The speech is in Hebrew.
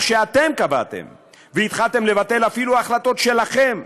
שאתם קבעתם והתחלתם לבטל אפילו החלטות שלכם,